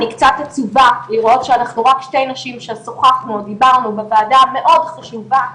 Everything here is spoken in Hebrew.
אני קצת עצובה לראות שאנחנו רק שתי נשים שדיברנו בוועדה המאוד חשובה.